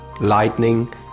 lightning